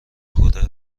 کره